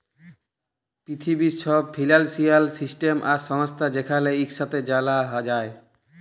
পিথিবীর ছব financial system আর সংস্থা যেখালে ইকসাথে জালা যায়